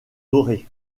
dorées